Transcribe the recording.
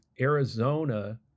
Arizona